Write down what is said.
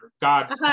God